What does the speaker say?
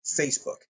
Facebook